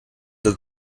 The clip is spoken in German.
der